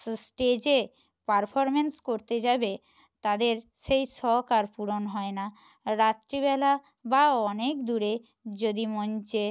স্টেজে পারফর্মেন্স করতে যাবে তাদের সেই শখ আর পূরণ হয় না রাত্রিবেলা বা অনেক দূরে যদি মঞ্চে